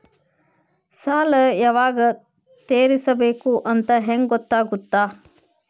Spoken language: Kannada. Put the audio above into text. ಸಾಲ ಯಾವಾಗ ತೇರಿಸಬೇಕು ಅಂತ ಹೆಂಗ್ ಗೊತ್ತಾಗುತ್ತಾ?